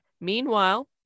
Meanwhile